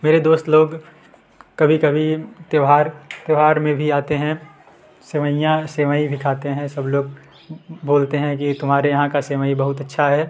मेरे दोस्त लोग कभी कभी त्योहार त्योहार में भी आते हैं सेवइयाँ सेवई भी खाते हैं सब लोग बोलते हैं कि तुम्हारे यहाँ का सेवई बहुत अच्छा है